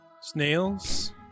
snails